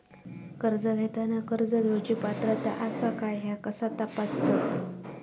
कर्ज घेताना कर्ज घेवची पात्रता आसा काय ह्या कसा तपासतात?